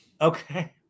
Okay